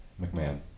McMahon